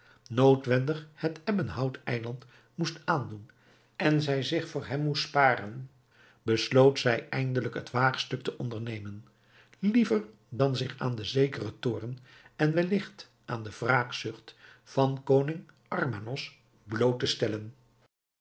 noodwendig het ebbenhout eiland moest aandoen en zij zich voor hem moest sparen besloot zij eindelijk het waagstuk te ondernemen liever dan zich aan den zekeren toorn en welligt aan de wraakzucht van koning armanos bloot te stellen